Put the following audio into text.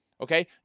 Okay